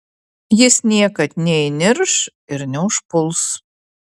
jis niekad neįnirš ir neužpuls